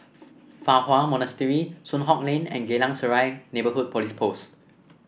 Fa Hua Monastery Soon Hock Lane and Geylang Serai Neighbourhood Police Post